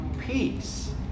peace